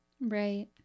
Right